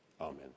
Amen